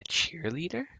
cheerleader